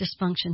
dysfunction